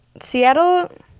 Seattle